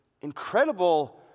incredible